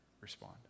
respond